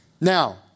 Now